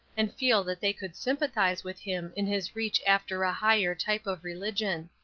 and feel that they could sympathize with him in his reach after a higher type of religion.